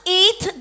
eat